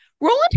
Roland